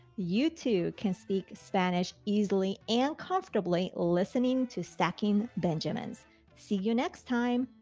youtube can speak spanish easily and comfortably. listening to stacking benjamins see you next time.